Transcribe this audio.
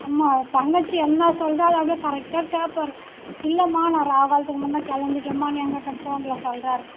அம்மா தங்கச்சி என்ன சொல்லுதோ அதை கரெக்டா கேப்பார் இல்லைம்மா நான் ராகு காலத்துக்கு முன்னே கிளம்பிட்டேம்மான்னு என்கிட்ட ஃபோனில் சொல்கிறாரு